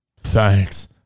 Thanks